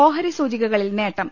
ഓഹരി സൂചികകളിൽ നേട്ടം